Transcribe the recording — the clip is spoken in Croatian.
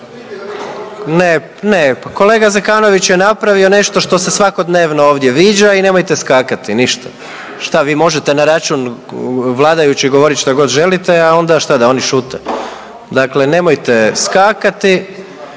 Ne, ne kolega Zekanović je napravio nešto što se svakodnevno ovdje viđa i nemojte skakati ništa. Šta vi možete na račun vladajućih govoriti šta god želite, a onda šta da oni šute. Dakle, nemojte skakati,